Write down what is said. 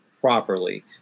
properly